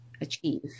achieve